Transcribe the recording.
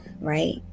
right